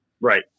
Right